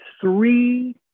three